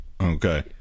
okay